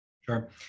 Sure